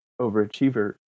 overachiever